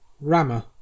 Rammer